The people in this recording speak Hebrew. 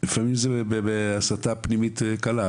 לפעמים זה בהסטה פנימית קלה,